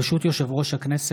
ברשות יושב-ראש הכנסת,